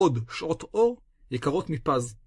עוד שעות אור יקרות מפז.